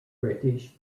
reddish